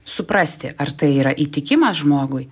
suprasti ar tai yra įtikimas žmogui